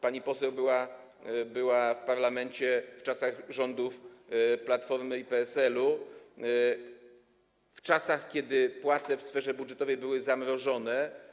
Pani poseł była w parlamencie w czasach rządów Platformy i PSL, w czasach, kiedy płace w sferze budżetowej były zamrożone.